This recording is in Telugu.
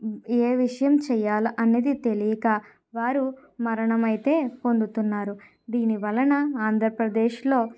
ఏ విషయం చేయాలి అన్నది తెలియక వారు మరణమైతే పొందుతున్నారు దీనివలన ఆంధ్రప్రదేశ్లో